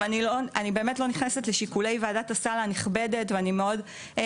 אני באמת לא נכנסת לשיקולי וועדת הסל הנכבדת והעבודה